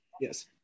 yes